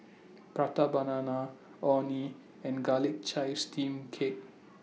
Prata Banana Orh Nee and Garlic Chives Steamed Cake